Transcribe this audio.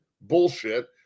bullshit